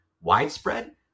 widespread